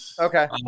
Okay